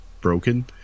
broken